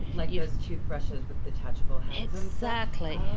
like those toothbrushes with detachable heads? exactly! ohh,